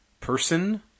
person